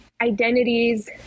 identities